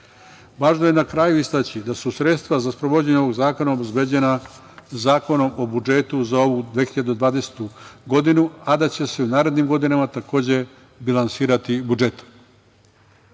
je na kraju istaći da su sredstva za sprovođenje ovog zakona obezbeđena Zakonom o budžetu za 2020. godinu, a da će se u narednim godinama takođe bilansirati iz budžeta.